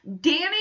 Danny